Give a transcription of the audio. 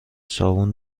صابون